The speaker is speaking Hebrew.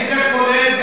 זו חובתכם.